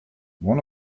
one